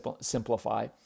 simplify